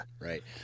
Right